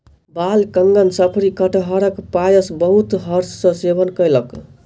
बालकगण शफरी कटहरक पायस बहुत हर्ष सॅ सेवन कयलक